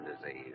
disease